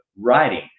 writing